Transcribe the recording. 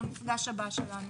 מה שצריך להיות בשטח.